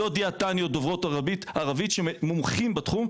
אין דיאטניות דוברות ערבית שמומחות בתחום,